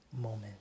moment